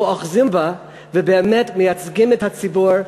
לא אוחזים בה ובאמת מייצגים את הציבור,